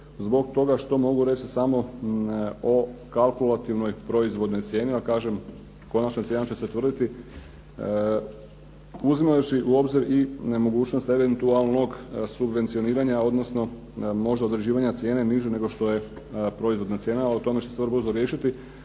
zbog toga što mogu reći samo o kalkulativnoj proizvodnoj cijeni, a kažem konačna cijena će se utvrditi uzimajući u obzir i mogućnost eventualnog subvencioniranja odnosno možda određivanja cijene niže nego što je proizvodna cijena a to će se vrlo brzo riješiti